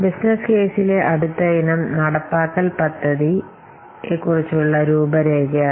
അടുത്തത് അടിസ്ഥാന നടപ്പാക്കൽ പദ്ധതിയെക്കുറിചുള്ള രൂപരേഖയാണ്